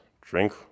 drink